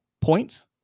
points